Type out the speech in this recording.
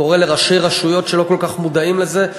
קורא לראשי רשויות שלא כל כך מודעים לזה,